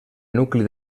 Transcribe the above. nucli